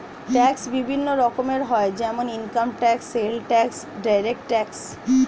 tax বিভিন্ন রকমের হয় যেমন income tax, sales tax, direct tax